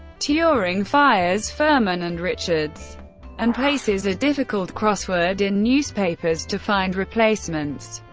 turing fires furman and richards and places a difficult crossword in newspapers to find replacements.